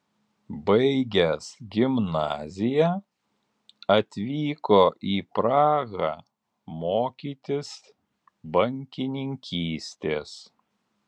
baigęs gimnaziją atvyko į prahą mokytis bankininkystės